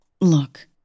Look